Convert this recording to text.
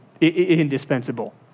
indispensable